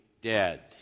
dead